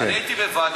אני הייתי בוועדת,